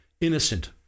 innocent